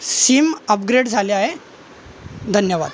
SIM upgrade झाले आहे धन्यवाद